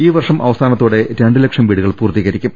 ഈ വർഷം അവസാനത്തോടെ രണ്ട് ലക്ഷം വീടുകൾ പൂർത്തീകരിക്കും